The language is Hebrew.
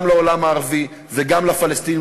גם לעולם הערבי וגם לפלסטינים,